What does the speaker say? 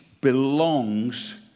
belongs